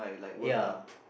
ya